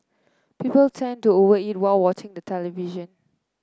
people tend to over eat while watching the television